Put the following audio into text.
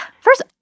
first